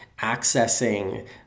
accessing